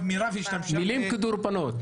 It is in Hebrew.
מילים כדורבנות.